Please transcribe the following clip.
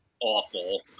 awful